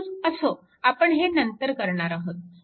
परंतु असो आपण हे नंतर करणार आहोत